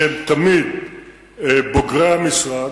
שהם תמיד בוגרי המשרד,